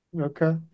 Okay